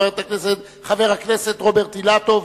חבר הכנסת רוברט אילטוב,